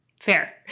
Fair